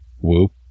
whoop